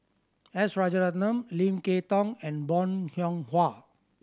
S Rajaratnam Lim Kay Tong and Bong Hiong Hwa